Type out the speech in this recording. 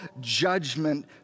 judgment